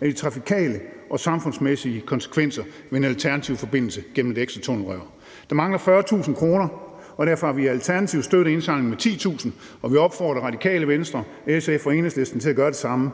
af de trafikale og samfundsmæssige konsekvenser ved en alternativ forbindelse gennem et ekstra tunnelrør. Der mangler 40.000 kroner, og derfor har vi i Alternativet støttet indsamlingen med 10.000 kr., og vi opfordrer Radikale Venstre, SF og Enhedslisten til at gøre det samme,